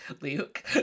Luke